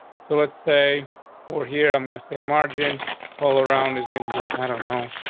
so let's say for here i'm gonna say margin while around is gonna be i don't know,